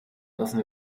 lassen